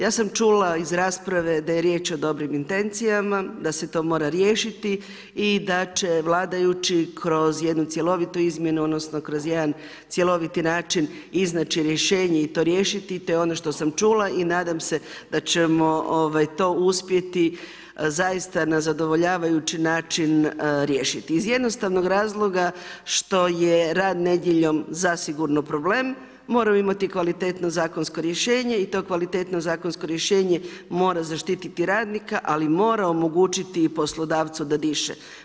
Ja sam čula iz rasprave da je riječ o dobrim intencijama, da se to mora riješiti i da će vladajući kroz jednu cjelovitu izmjenu odnosno kroz jedan cjeloviti način iznaći rješenje i to riješiti te ono što sam čula i nadam se da ćemo to uspjeti zaista na zadovoljavajući način riješiti iz jednostavnog razloga što je rad nedjeljom zasigurno problem, moramo imati kvalitetno zakonsko rješenje i to kvalitetno zakonsko rješenje mora zaštitit radnika, ali mora omogućiti i poslodavcu da diše.